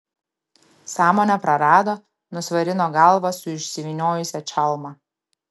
sąmonę prarado nusvarino galvą su išsivyniojusia čalma